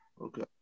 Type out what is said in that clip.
Okay